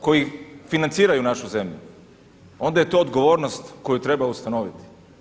koji financiraju našu zemlju onda je to odgovornost koju treba ustanoviti.